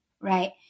right